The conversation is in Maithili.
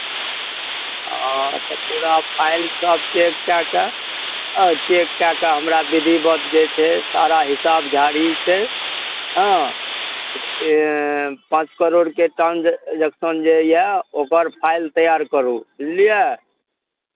हँ तऽ पूरा फाइलसभ चेक कए कऽ चेक कए कऽ हमरा विधिवत जे छै सारा हिसाब झाड़ी से छै पाँच करोड़के ट्रांजेक्शन जे यए ओकर फाइल तैयार करू बुझलियै